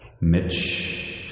Mitch